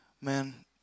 Man